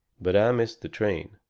but i missed the train,